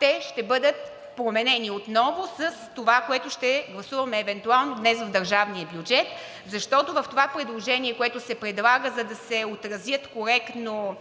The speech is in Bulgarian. те ще бъдат променени отново с това, което ще гласуваме евентуално днес в държавния бюджет, защото в това предложение, което се предлага, за да се отрази коректно